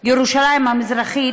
ירושלים המזרחית,